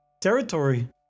Territory